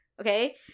Okay